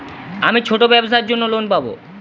আমি ছোট ব্যবসার জন্য লোন পাব?